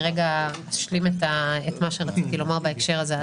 אשלים את מה שרציתי לומר בהקשר הזה.